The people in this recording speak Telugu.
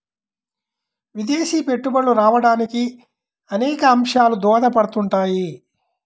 విదేశీ పెట్టుబడులు రావడానికి అనేక అంశాలు దోహదపడుతుంటాయి